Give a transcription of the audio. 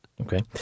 Okay